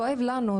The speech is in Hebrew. כואב לנו,